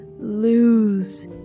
lose